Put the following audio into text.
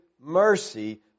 mercy